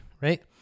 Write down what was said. right